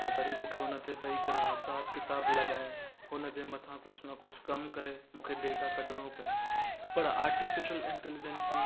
त वरी मूंखे हुन ते वेही करे हिसाबु किताबु लॻाए हुन जे मथां कुझु न कुझु कमु करे मूंखे डेटा कढिणो पए पर आर्टिफिशल इंटेलीजंसी